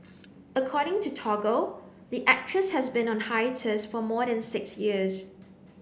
according to Toggle the actress has been on a hiatus for more than six years